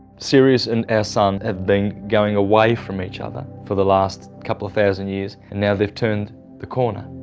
sirius and our sun have been going away from each other for the last couple of thousand years, and now they've turned the corner,